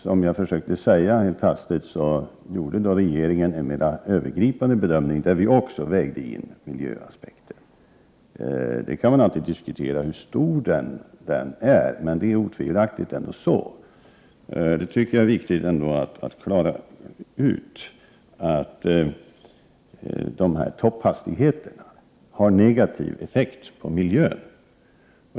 Som jag försökte säga helt hastigt gjorde regeringen en mera övergripande bedömning, där vi också vägde in miljöaspekten. Man kan alltid diskutera hur stor den är, men otvivelaktigt är det viktigt att klara ut att topphastigheterna har en negativ effekt på miljön.